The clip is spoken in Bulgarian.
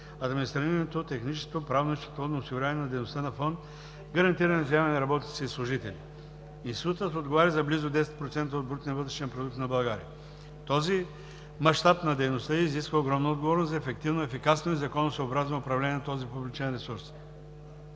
административното, техническо, правно и счетоводно осигуряване на дейността на фонд „Гарантирани вземания на работниците и служителите“. Институтът отговаря за близо 10% от брутния вътрешен продукт на България. Този мащаб на дейността ѝ изисква огромна отговорност за ефективно, ефикасно и законосъобразно управление на този публичен ресурс.